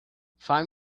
find